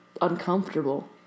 uncomfortable